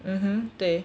mmhmm 对